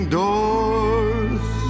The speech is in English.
doors